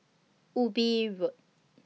Ubi Road